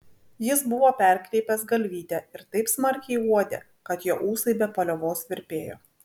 jis buvo perkreipęs galvytę ir taip smarkiai uodė kad jo ūsai be paliovos virpėjo